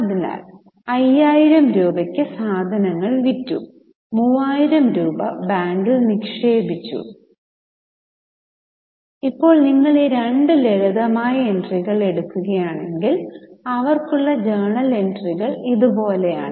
അതിനാൽ 5000 രൂപയ്ക്ക് സാധനങ്ങൾ വിറ്റു 3000 രൂപ ബാങ്കിൽ നിക്ഷേപിച്ചു ഇപ്പോൾ നിങ്ങൾ ഈ രണ്ട് ലളിതമായ എൻട്രികൾ എടുക്കുകയാണെങ്കിൽ അവർക്കുള്ള ജേണൽ എൻട്രികൾ ഇതുപോലെയാണ്